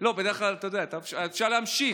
בדרך כלל, אתה יודע, אפשר להמשיך.